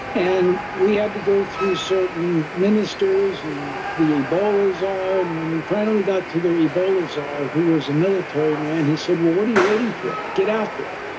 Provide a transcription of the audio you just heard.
and we had to go through certain ministers and the ebola czar. and when we finally got to their ebola czar, who was a military man, he said, well, what are you waiting for? get out there.